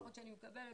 אבל חלק כבר העלינו.